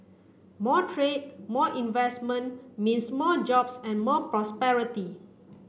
more trade more investment means more jobs and more prosperity